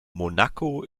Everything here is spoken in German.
monaco